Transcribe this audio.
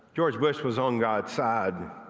george bush was on god's side.